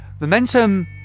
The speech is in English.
Momentum